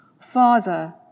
Father